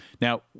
Now